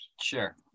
sure